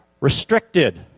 Restricted